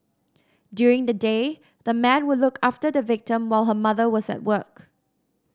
during the day the man would look after the victim while her mother was at work